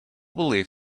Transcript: believed